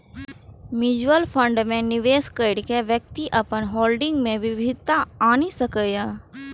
mutual fund मे निवेश कैर के व्यक्ति अपन होल्डिंग मे विविधता आनि सकैए